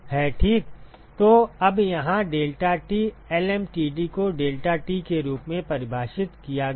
तो अब यहाँ deltaT lmtd को deltaT के रूप में परिभाषित किया गया है